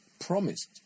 promised